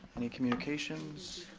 any communications?